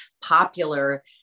popular